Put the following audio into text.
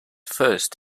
first